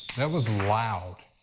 that was loud.